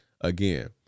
Again